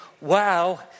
wow